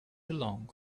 along